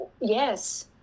yes